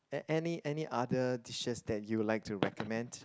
at any any other dishes that you would like to recommend